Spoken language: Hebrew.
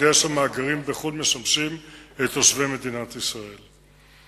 כדרך שמאגרים בחוץ-לארץ משמשים את תושבי מדינת ישראל.